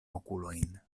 okulojn